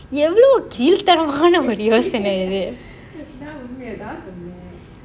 எவ்வளவு கீழ் தனமான ஒரு யோசனை இது:evvalavu keel thanamana yosanai ithu itu